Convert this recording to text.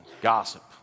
gossip